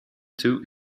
two